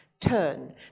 turn